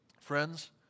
Friends